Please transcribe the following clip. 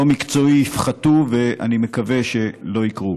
לא מקצועי, יפחתו, ואני מקווה שלא יקרו.